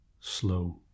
slow